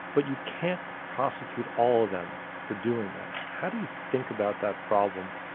but you can't prosecute all of them for doing that. how do you think about that problem?